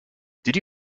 did